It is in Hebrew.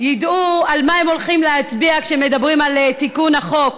ידעו על מה הם הולכים להצביע כשמדברים על תיקון החוק.